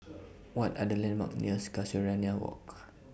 What Are The landmarks near Casuarina Walk